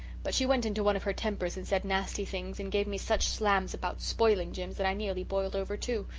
but she went into one of her tempers and said nasty things and gave me such slams about spoiling jims that i nearly boiled over, too.